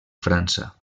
frança